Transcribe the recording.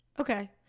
okay